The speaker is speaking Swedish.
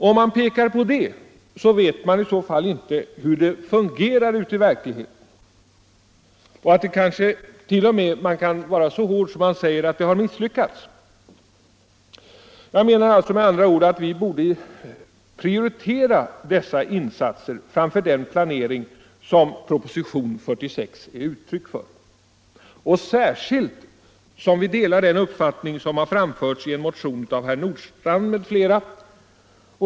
Om man pekar på detta, vet man i så fall inte hur det i verkligheten fungerar. Man kan kanske t.o.m. påstå att dessa insatser har misslyckats. Jag menar med andra ord att dessa insatser borde prioriteras framför den planering som propositionen 46 är uttryck för, särskilt som vi delar den uppfattning som framförts i en motion av herr Nordstrandh m.fl.